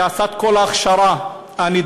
שעשה את כל ההכשרה הנדרשת